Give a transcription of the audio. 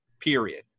period